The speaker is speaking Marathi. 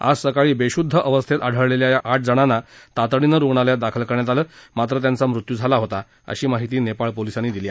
आज सकाळी बेशुद्ध अवस्थेत आढळलेल्या या आठजणांना तातडीनं रुग्णालयात दाखल करण्यात आलं मात्र त्यांचा मृत्यू झाला होता अशी माहिती नेपाळ पोलिसांनी दिली